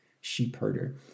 sheepherder